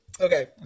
Okay